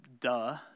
duh